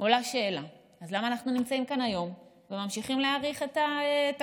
עולה שאלה: אז למה אנחנו נמצאים כאן היום וממשיכים להאריך את התקנות,